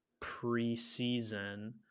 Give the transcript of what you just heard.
preseason –